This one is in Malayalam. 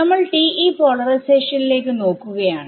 നമ്മൾ TE പോളറൈസേഷനിലേക്ക് നോക്കുകയാണ്